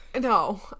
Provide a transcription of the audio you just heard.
No